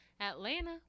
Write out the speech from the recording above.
Atlanta